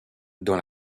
dans